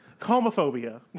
Homophobia